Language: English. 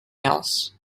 else